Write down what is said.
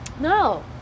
No